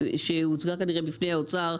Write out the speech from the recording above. שהוצגה כנראה בפני האוצר,